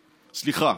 סליחה,